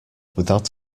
without